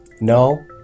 No